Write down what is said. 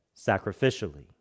sacrificially